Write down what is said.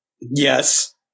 Yes